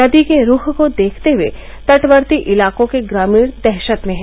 नदी के रूख को देखते हुये तटवर्ती इलाकों के ग्रामीण दहशत में हैं